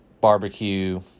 barbecue